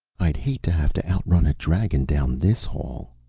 i'd hate to have to outrun a dragon down this hall.